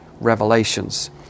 revelations